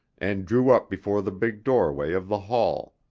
and drew up before the big doorway of the hall.